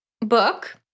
book